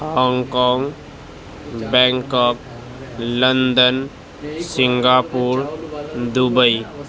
Hong Kong Bangkok London Singapore Dubai